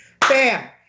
Bam